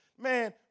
man